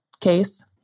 case